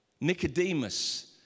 Nicodemus